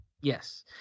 Yes